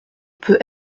peut